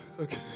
Okay